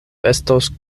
estos